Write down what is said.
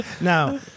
Now